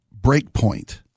Breakpoint